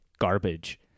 garbage